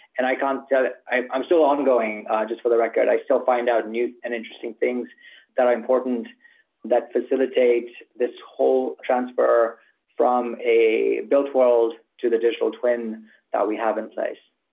and i can't tell i am still ongoing just for the record. i still find out and new and interesting things that are important that facilitates this whole transfer from a built world to the digital twin that we have in place.